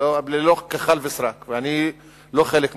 ללא כחל ושרק, ואני לא חלק מזה,